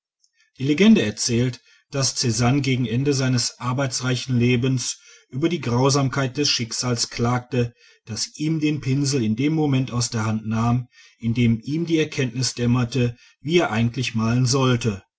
die legende erzählt daß czanne gegen ende seines arbeitsreichen lebens über die grausamkeit des schicksals klagte das ihm den pinsel in dem moment aus der hand nahm in dem ihm die erkenntnis dämmerte wie er eigentlich malen sollte